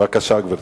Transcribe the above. בבקשה, גברתי.